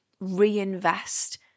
reinvest